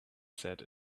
set